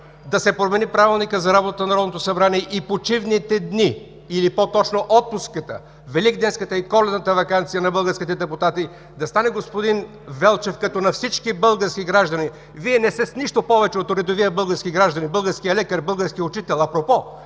да се промени Правилникът за работа на Народното събрание или по-скоро отпуската, великденската и коледната ваканция на българските депутати да стане, господин Велчев, като на всички български граждани. Вие не сте с нищо повече от редовия български гражданин, българския лекар, българския учител, апропо